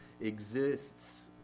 exists